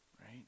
right